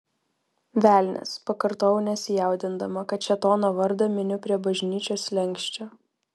velnias pakartojau nesijaudindama kad šėtono vardą miniu prie bažnyčios slenksčio